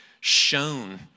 shown